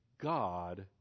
God